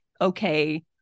okay